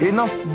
Enough